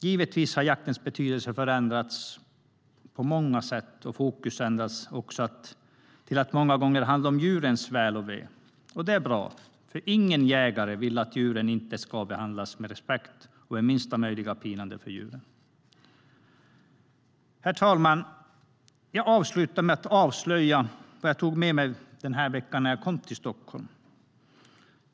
Givetvis har jaktens betydelse förändrats på många sätt och fokus ändrats till att många gånger handla om djurens väl och ve. Det är bra, för alla jägare vill att djuren ska behandlas med respekt och med minsta möjliga lidande för djuren. Herr talman! Jag avslutar med att avslöja vad jag tog med mig den här veckan när jag kom till Stockholm.